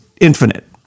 infinite